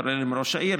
כולל עם ראש העיר,